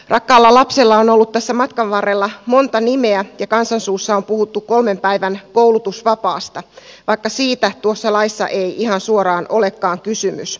rakkaalla lapsella on ollut tässä matkan varrella monta nimeä ja kansan suussa on puhuttu kolmen päivän koulutusvapaasta vaikka siitä tuossa laissa ei ihan suoraan olekaan kysymys